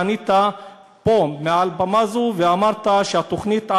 כשענית פה מעל במה זו אמרת שבתוכנית,